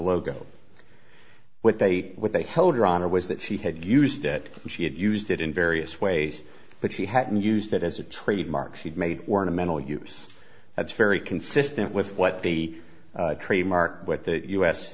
logo what they what they held or honor was that she had used it and she had used it in various ways but she hadn't used it as a trademark she'd made ornamental use that's very consistent with what the trademark what the u